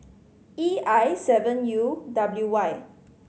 E I seven U W Y